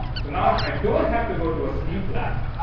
so now i don't have to go to a sleep lab.